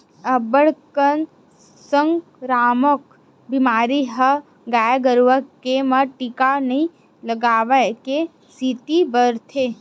अब्बड़ कन संकरामक बेमारी ह गाय गरुवा के म टीका नइ लगवाए के सेती बगरथे